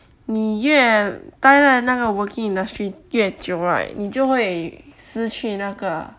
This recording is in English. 你越待在那个 working industry 越久你就会失去那个